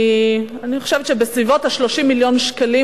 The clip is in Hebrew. אני חושבת בסביבות 30 מיליון שקלים,